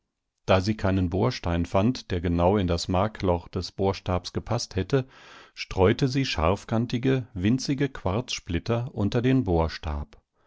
da sie keinen bohrstein fand der genau in das markloch des bohrstabs gepaßt hätte streute sie scharfkantige winzige quarzsplitter unter den